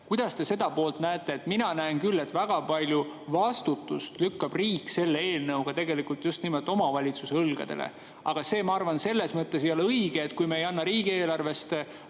Kuidas te seda poolt näete? Mina näen küll, et väga palju vastutust lükkab riik selle eelnõuga just nimelt omavalitsuste õlgadele, aga see, ma arvan, ei ole selles mõttes õige, et kui me ei anna riigieelarvest